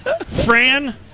Fran